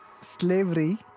Slavery